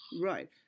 Right